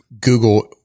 Google